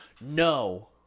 No